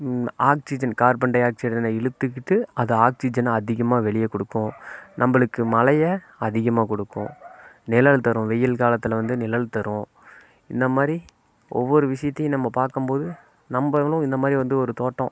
oxygen carbon tie oxide இழுத்துக்கிட்டு அதை ஆக்சிஜனை அதிகமாக வெளியே கொடுக்கும் நம்பளுக்கு மழையை அதிகமாக கொடுக்கும் நிழல் தரும் வெயில் காலத்தில் வந்து நிழல் தரும் இந்தமாதிரி ஒவ்வொரு விஷயத்தையும் நம்ப பார்க்கம்போது நம்பளும் இந்தமாதிரி வந்து ஒரு தோட்டம்